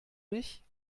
mich